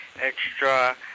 extra